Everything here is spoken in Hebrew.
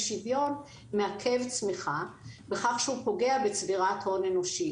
שוויון מעכב צמיחה בכך שהוא פוגע בצבירת הון אנושי.